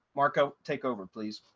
marco take over please.